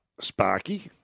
Sparky